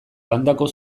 bandako